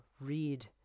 read